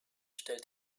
stellt